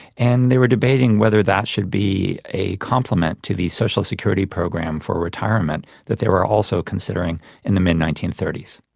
and they were debating whether that should be a complement to the social security program for retirement that they were also considering in the mid nineteen thirty s.